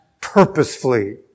purposefully